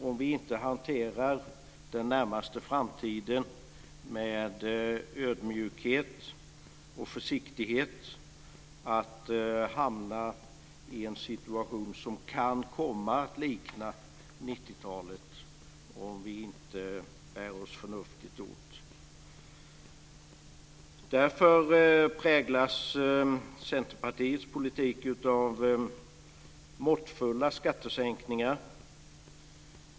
Om vi inte hanterar den närmaste framtiden med ödmjukhet och försiktighet och bär oss förnuftigt åt riskerar vi att hamna i en situation som kan komma att likna 90-talet. Därför präglas Centerpartiets politik av måttfulla skattesänkningar.